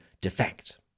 defect